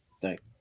Thanks